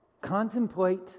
contemplate